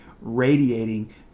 radiating